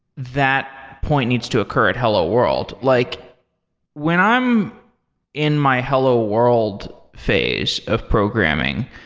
that point needs to occur at hello world. like when i'm in my hello world phase of programming,